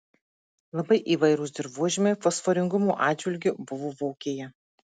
labai įvairūs dirvožemiai fosforingumo atžvilgiu buvo vokėje